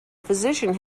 physician